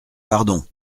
pardon